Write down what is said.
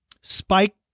Spike